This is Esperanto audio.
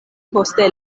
poste